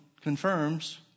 confirms